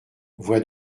voies